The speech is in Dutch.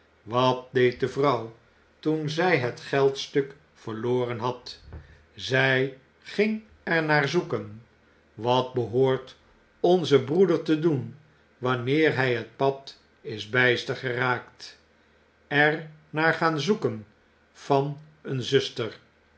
wat deed de vrouw toen zy het geldstuk verloren had zy ging er naar zoeken wat behoort onze broeder te doen wanneer hy het pad is byster geraakt er naar gaan zoeken van een zuster